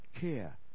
care